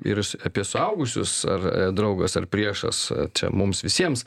ir s apie suaugusius ar draugas ar priešas čia mums visiems